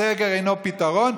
הסגר איננו פתרון.